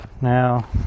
Now